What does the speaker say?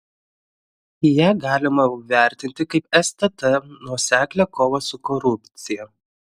ją galima vertinti kaip stt nuoseklią kovą su korupcija